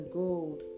gold